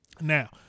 Now